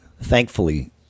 thankfully